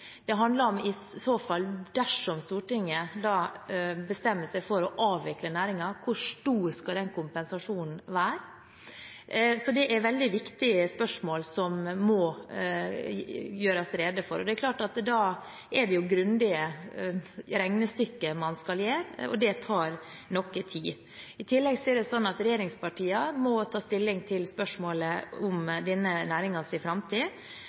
Det handler i så fall om, dersom Stortinget bestemmer seg for å avvikle næringen, hvor stor denne kompensasjonen skal være. Det er veldig viktige spørsmål som må gjøres rede for. Og det er klart at da skal man gjøre grundige regnestykker, og det tar litt tid. I tillegg må regjeringspartiene ta stilling til spørsmålet om denne næringens framtid,